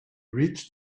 reached